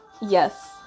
Yes